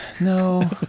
No